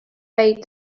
bade